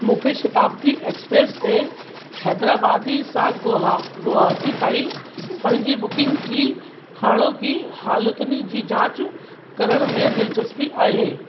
मूंखे शताब्दी एक्स्प्रेस ते हैदराबादी सां गुहा गुहाटी ताईं पंहिंजी बुकिंग जी हाणोकी हालतुनि जी जाच करण में दिलचस्पी आहे